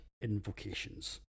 Invocations